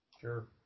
Sure